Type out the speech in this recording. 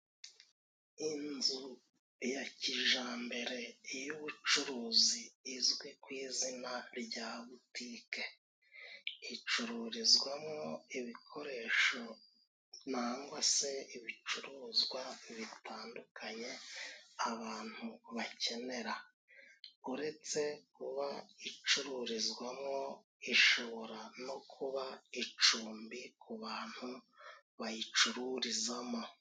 Inzu ya kijambere， iy'ubucuruzi izwi ku izina rya butike. Icururizwamo ibikoresho nangwa se ibicuruzwa bitandukanye abantu bakenera. Uretse kuba icururizwamo， ishobora no kuba icumbi ku bantu bayicururizamo.